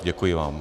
Děkuji vám.